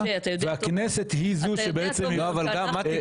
והכנסת היא זו שבעצם --- אבל מתי,